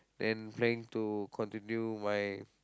and planning to continue my